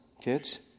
kids